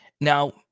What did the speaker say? Now